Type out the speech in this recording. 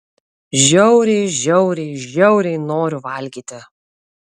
žiauriai žiauriai žiauriai noriu valgyti